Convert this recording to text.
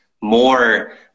more